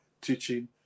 teaching